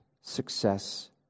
success